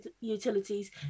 utilities